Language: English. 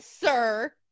sir